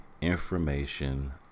information